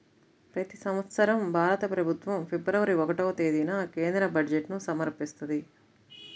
ప్రతి సంవత్సరం భారత ప్రభుత్వం ఫిబ్రవరి ఒకటవ తేదీన కేంద్ర బడ్జెట్ను సమర్పిస్తది